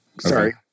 sorry